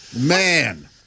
Man